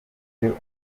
dufite